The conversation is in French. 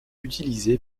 utilisé